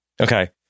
Okay